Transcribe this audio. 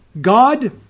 God